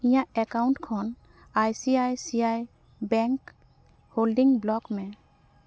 ᱤᱧᱟᱹᱜ ᱮᱠᱟᱣᱩᱱᱴ ᱠᱷᱚᱱ I C I C I bank holding ᱵᱞᱚᱠᱢᱮ